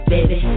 Baby